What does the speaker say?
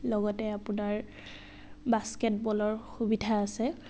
লগতে আপোনাৰ বাস্কেটবলৰ সুবিধা আছে